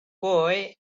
boy